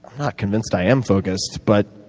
not convinced i am focused, but